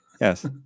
yes